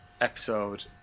episode